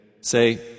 Say